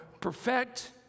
perfect